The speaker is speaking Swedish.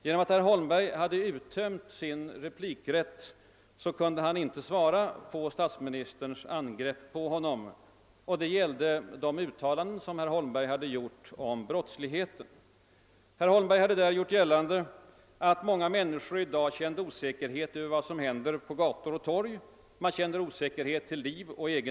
Genom att herr Holmberg hade uttömt sin replikrätt kunde han inte gå i svaromål på statsministerns angrepp mot honom, vilket gällde de uttalanden som herr Holmberg hade gjort om brottsligheten. Herr Holmberg hade därvid gjort gällande att många människor i dag känner osäkerhet inför vad som händer på gator och torg. De känner osäkerhet till liv och egendom.